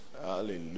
hallelujah